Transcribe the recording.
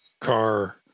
car